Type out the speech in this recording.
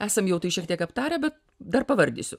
esam jau tai šiek tiek aptarę bet dar pavardysiu